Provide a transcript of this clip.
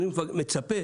אני מצפה